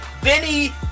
Vinny